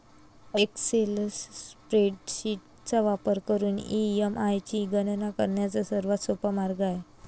Excel spreadsheet चा वापर करून ई.एम.आय ची गणना करण्याचा सर्वात सोपा मार्ग आहे